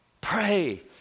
Pray